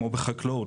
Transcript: כמו בחקלאות,